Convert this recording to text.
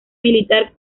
militar